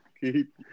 Keep